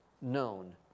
known